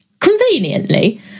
conveniently